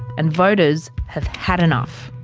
and voters have had enough.